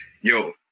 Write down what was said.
yo